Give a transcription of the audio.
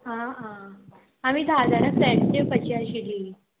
आं आं आमी धा जाणां फ्रेंड्स येवपाची आशिल्ली